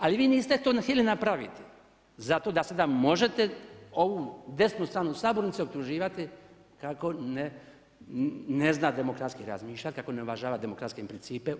Ali vi to niste htjeli napraviti, zato da sada možete ovu desnu stranu sabornice optuživati kako ne zna demokratski razmišljati kako ne uvažava demokratske principe